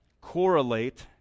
correlate